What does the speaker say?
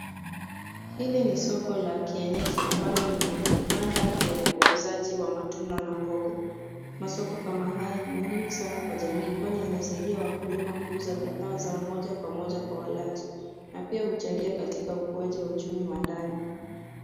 Hili ni soko la kienyeji ambalo lina vibanda vya wauzaji wa matunda na mboga. Masoko kama haya ni muhimu sana kwa jamii, kwani yanasaidia wakulima kuuza bidhaa zao moja kwa moja kwa walaji na pia huchangia katika ukuaji wa uchumi wa ndani.